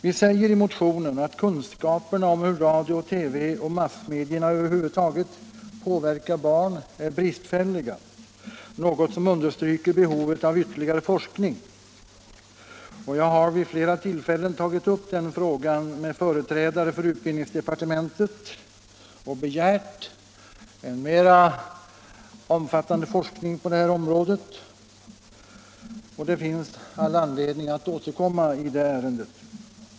Vi säger i motionen att kunskaperna om hur radio/TV och massmedierna över huvud taget påverkar barn är bristfälliga, något som understryker behovet av ytterligare forskning, och jag har vid flera tillfällen tagit upp den frågan med företrädare för utbildningsdepartementet och begärt en mera omfattande forskning på detta område. Det finns all an ledning att återkomma i det ärendet.